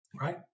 Right